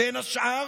בין השאר